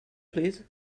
please